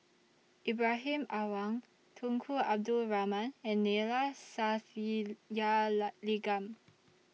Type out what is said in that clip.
Ibrahim Awang Tunku Abdul Rahman and Neila